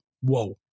whoa